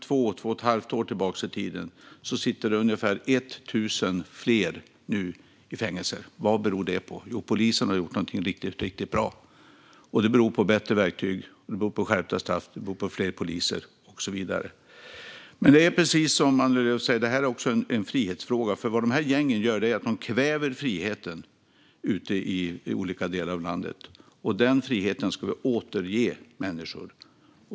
Då kan vi se att det nu sitter ungefär tusen fler i fängelse. Vad beror det på? Jo, polisen har gjort något riktigt bra. Det beror på bättre verktyg, skärpta straff och fler poliser. Det är precis som Annie Lööf säger, nämligen att det här är en frihetsfråga. Gängen kväver friheten ute i olika delar av landet. Den friheten ska vi återge människor.